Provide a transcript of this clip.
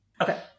Okay